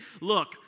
look